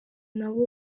nabo